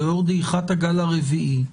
לאור דעיכת הגל לרביעי,